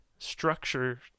structure